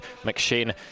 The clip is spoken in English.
McShane